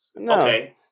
Okay